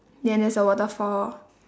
ya there's a waterfall